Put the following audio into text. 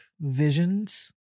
visions